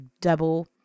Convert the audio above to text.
double